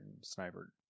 sniper